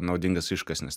naudingas iškasenas